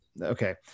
Okay